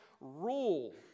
rule